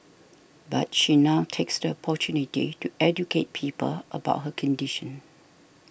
but she now takes the opportunity to educate people about her condition